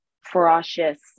ferocious